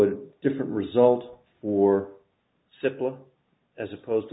a different result for simple as opposed to